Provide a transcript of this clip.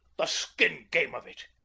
the skin game of it!